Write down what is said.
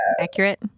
accurate